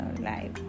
life